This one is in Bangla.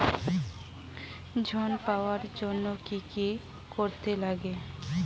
ঋণ পাওয়ার জন্য কি কি করতে লাগে?